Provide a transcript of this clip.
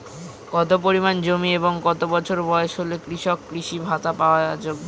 কত পরিমাণ জমি এবং কত বছর বয়স হলে কৃষক কৃষি ভাতা পাওয়ার যোগ্য?